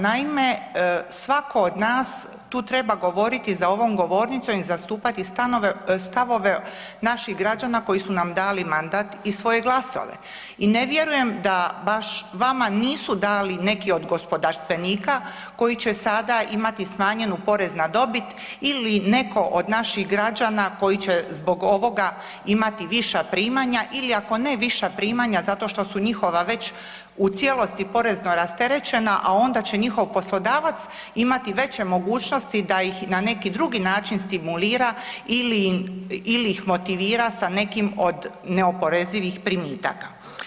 Naime, svatko od nas tu treba govoriti za ovom govornicom i zastupati stavove naših građana koji su nam dali mandat i svoje glasove i ne vjerujem da baš vama nisu dali neki od gospodarstvenika koji će sada imati smanjenu porez na dobit ili netko od naših građana koji će zbog ovoga imati viša primanja, ili ako ne viša primanja zato što su njihova već u cijelosti porezno rasterećena a onda će njihov poslodavac imati veće mogućnosti da ih na neki drugi način stimulira ili ih motivira sa nekim od neoporezivih primitaka.